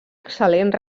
excel·lent